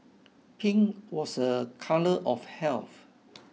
pink was a colour of health